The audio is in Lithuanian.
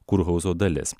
kurhauzo dalis